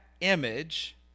image